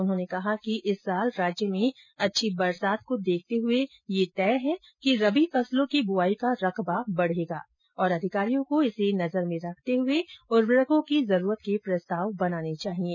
उन्होंने कहा कि इस वर्ष राज्य में अच्छी बरसात को देखते हुए यह तय है कि रबी फसलों की बुवाई का रकबा बढेगा और अधिकारियों को इसे नजर में रखते हुए उर्वरकों की जरूरत के प्रस्ताव बनाने चाहिये